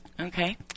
Okay